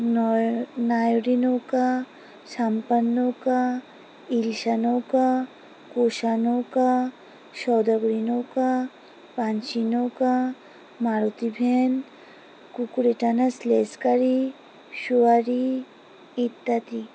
নয় নায়রি নৌকা সাম্পান নৌকা ইলশা নৌকা কোষা নৌকা সদাগরি নৌকা পানসি নৌকা মারুতি ভ্যান কুকুরে টানা স্লেজগাড়ি সওয়ারি ইত্যাদি